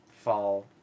fall